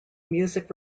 music